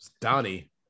Donnie